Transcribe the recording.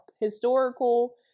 historical